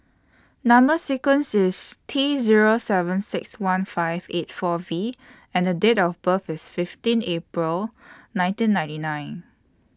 Number sequence IS T Zero seven six one five eight four V and The Date of birth IS fifteen April nineteen ninety nine